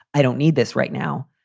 i don't need this right now.